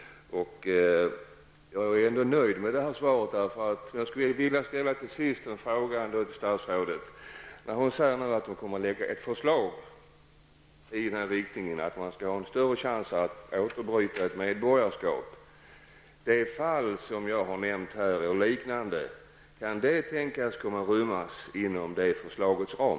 Jag är ändå nöjd med svaret, men jag skulle till sist vilja ställa en fråga till statsrådet. Hon säger att hon skall lägga fram ett förslag som går i en sådan riktning att det skall finnas större möjlighet att återbryta ett medborgarskap. Jag undrar om det fall som jag här har nämnt och liknande kommer att kunna inrymmas inom detta förslags ram.